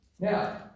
Now